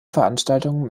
veranstaltungen